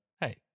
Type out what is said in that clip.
hey